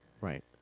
Right